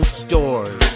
stores